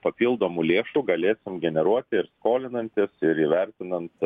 papildomų lėšų galėsim generuoti ir skolinantis ir įvertinant